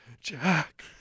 Jack